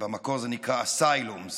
במקור זה נקרא Asylums.